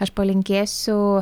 aš palinkėsiu